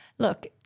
Look